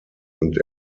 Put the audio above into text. und